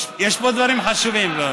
יש פה דברים חשובים.